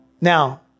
Now